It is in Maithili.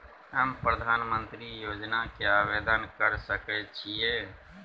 हम प्रधानमंत्री योजना के आवेदन कर सके छीये?